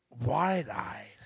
wide-eyed